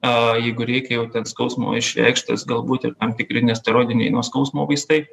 a jeigu reikia jau ten skausmo išreikštas galbūt ir tam tikri nesteroidiniai nuo skausmo vaistai